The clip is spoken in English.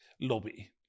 lobby